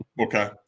okay